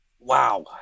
Wow